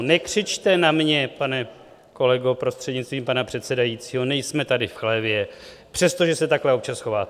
Nekřičte na mě, pane kolego prostřednictvím pana předsedajícího, nejsme tady v chlévě, přestože se tahle občas chováte.